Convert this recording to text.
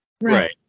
Right